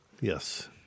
Yes